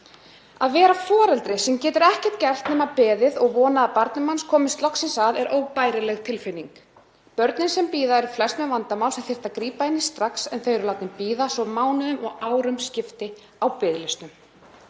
Að vera foreldri sem getur ekkert gert nema beðið og vonað að barnið manns komist loksins að er óbærileg tilfinning. Börnin sem bíða glíma flest við vandamál sem þyrfti að grípa inn í strax en þau eru látin bíða svo mánuðum og árum skiptir á biðlistum.